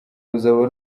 ruzaba